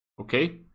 Okay